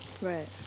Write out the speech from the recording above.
Right